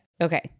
okay